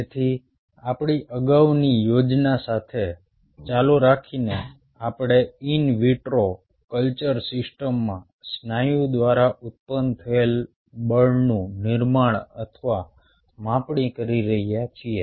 તેથી આપણી અગાઉની યોજના સાથે ચાલુ રાખીને આપણે ઇન વિટ્રો કલ્ચર સિસ્ટમમાં સ્નાયુ દ્વારા ઉત્પન્ન થયેલ બળનું નિર્માણ અથવા માપણી કરી રહ્યા છીએ